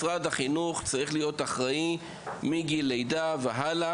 משרד החינוך צריך להיות אחראי מגיל לידה והלאה